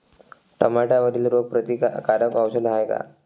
टमाट्यावरील रोग प्रतीकारक औषध हाये का?